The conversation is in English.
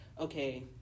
okay